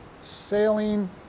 sailing